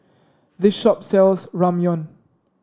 this shop sells Ramyeon